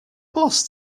boss